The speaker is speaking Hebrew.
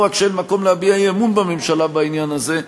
לא רק שאין מקום להביע אי-אמון בממשלה בעניין הזה,